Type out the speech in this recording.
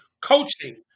coaching